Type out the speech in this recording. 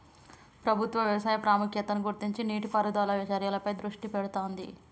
ప్రభుత్వం వ్యవసాయ ప్రాముఖ్యతను గుర్తించి నీటి పారుదల చర్యలపై దృష్టి పెడుతాంది